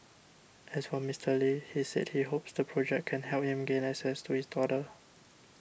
as for Mister Lee he said he hopes the project can help him gain access to his daughter